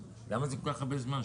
למה זה כל כך הרבה זמן?